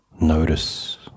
notice